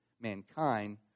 mankind